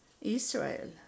Israel